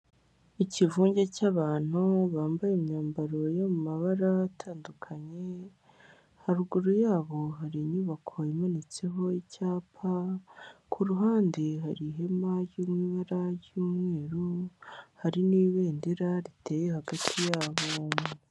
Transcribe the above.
Ikivunge cy'abantu bambaye imyambaro y'amabara atandukanye, haruguru yabo hari inyubako imanitseho icyapa, ku ruhande hari ihema ry'ibara ry'umweru, hari n'ibendera riteye hagati y'aho hombi.